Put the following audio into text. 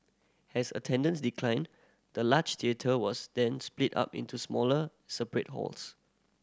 has attendance declined the large theatre was then split up into smaller separate halls